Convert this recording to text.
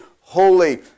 Holy